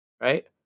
right